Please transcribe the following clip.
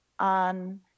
on